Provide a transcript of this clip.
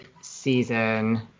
season